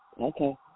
okay